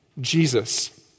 Jesus